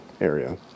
area